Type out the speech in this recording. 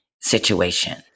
situation